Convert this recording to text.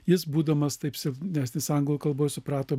jis būdamas taip silpnesnis anglų kalboj suprato